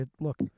look